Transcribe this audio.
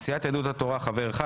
סיעת יהדות התורה חבר אחד.